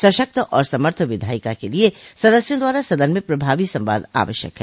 सशक्त और समर्थ विधायिका के लिये सदस्यों द्वारा सदन में प्रभावी संवाद आवश्यक है